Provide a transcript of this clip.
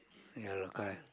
ya loh correct